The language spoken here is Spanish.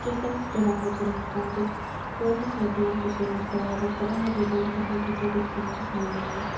yo estaba esperando por instantes cuándo se abrían sus senos para abortar á la diabólica multitud de espíritus malignos